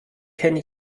kenne